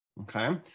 okay